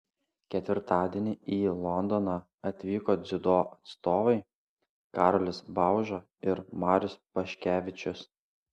ketvirtadienį į londoną atvyko dziudo atstovai karolis bauža ir marius paškevičius